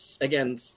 again